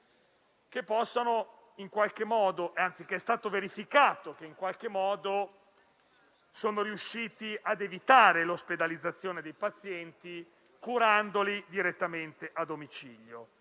che - è stato verificato - sono riusciti a evitare l'ospedalizzazione dei pazienti curandoli direttamente a domicilio.